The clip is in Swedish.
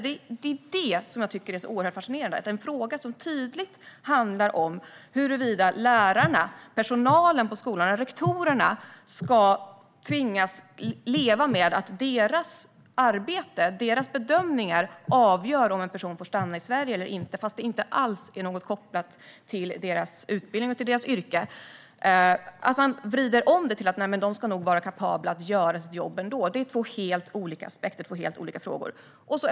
Det är det som jag tycker är så fascinerande, att det är en fråga som tydligt handlar om huruvida lärarna och rektorerna på skolan ska tvingas leva med att deras bedömningar avgör om en person får stanna i Sverige eller inte, trots att det inte är kopplat till deras utbildning och yrke. Man vrider på det och säger att lärarna nog ska vara kapabla att ändå göra sitt jobb. Det är två helt olika aspekter på två helt olika frågor.